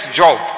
job